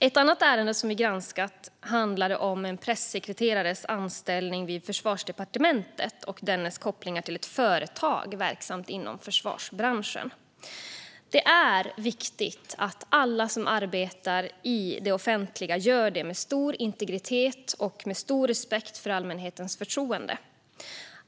Ett annat ärende som vi granskat handlar om en pressekreterares anställning vid Försvarsdepartementet och dennes kopplingar till ett företag verksamt inom försvarsbranschen. Det är viktigt att alla som arbetar i det offentliga gör det med stor integritet och stor respekt för allmänhetens förtroende.